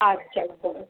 हां